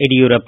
Yediyurappa